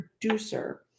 producer